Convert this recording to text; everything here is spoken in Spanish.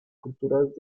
culturas